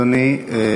אדוני,